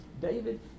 David